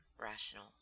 rational